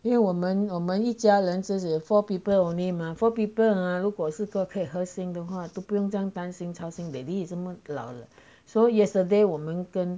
因为我们我们一家人自己 four people only mah four people 他如果是配合核心的话都不用这样担心操心 daddy 这么老了 so yesterday 我们跟